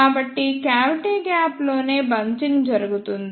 కాబట్టి క్యావిటీ గ్యాప్లోనే బంచింగ్ జరుగుతుంది